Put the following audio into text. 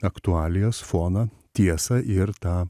aktualijas foną tiesą ir tą